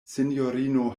sinjorino